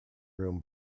room